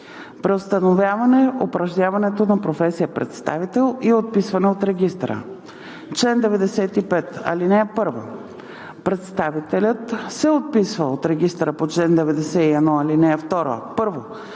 Преустановяване упражняването на професията представител и отписване от регистъра Чл. 95. (1) Представителят се отписва от регистъра по чл. 91, ал. 2: 1.